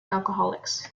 alcoholics